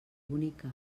bonica